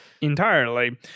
Entirely